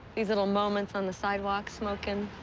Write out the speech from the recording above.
these little moments on the sidewalk, smoking,